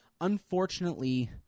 unfortunately